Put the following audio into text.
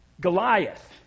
Goliath